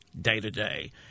day-to-day